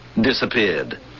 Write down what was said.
disappeared